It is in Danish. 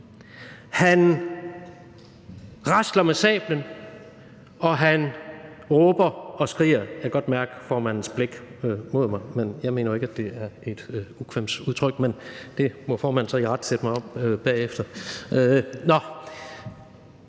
Han rasler med sablen, og han råber og skriger. Jeg kan godt mærke formandens blik mod mig, men jeg mener jo ikke, at det er et ukvemsudtryk, men der må formanden så irettesætte mig bagefter. Det